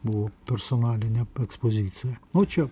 buvo personalinė ekspozicija o čia